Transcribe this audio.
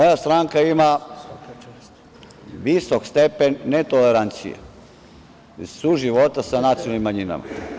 Moja stranka ima visok stepen netolerancije suživota sa nacionalnim manjinama.